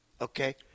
okay